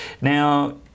Now